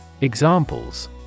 Examples